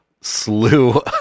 slew